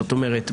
זאת אומרת,